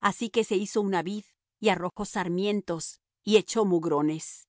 así que se hizo una vid y arrojó sarmientos y echó mugrones